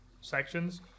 sections